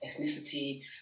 ethnicity